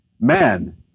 Men